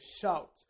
shout